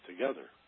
together